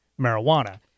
marijuana